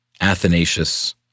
Athanasius